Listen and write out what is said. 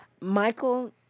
Michael